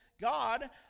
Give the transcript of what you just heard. God